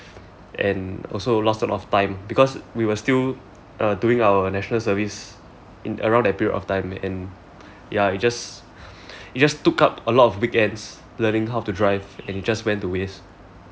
and also lost a lot of time because we were still uh doing our national service around that period of time and ya it just it just took up a lot of weekends learning how to drive and just went to waste